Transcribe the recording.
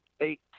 eight